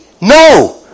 No